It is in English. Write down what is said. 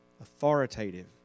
authoritative